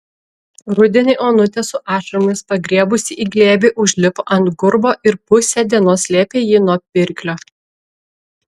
rudenį onutė su ašaromis pagriebusi į glėbį užlipo ant gurbo ir pusę dienos slėpė jį nuo pirklio